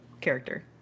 character